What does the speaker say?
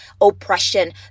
oppression